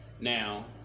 Now